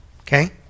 okay